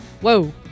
Whoa